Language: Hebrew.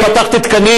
זה מזכיר לנו תקופות